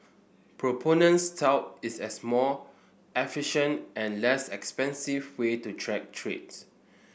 proponents tout it as a more efficient and less expensive way to track trades